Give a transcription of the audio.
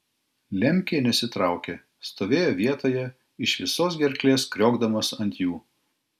lemkė nesitraukė stovėjo vietoje iš visos gerklės kriokdamas ant jų